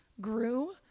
grew